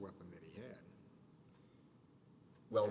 weapon well